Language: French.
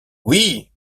oui